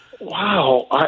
Wow